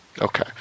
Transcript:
Okay